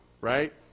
Right